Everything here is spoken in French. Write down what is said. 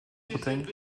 bretagne